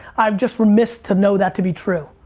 i've just remissed to know that to be true.